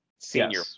Senior